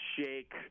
shake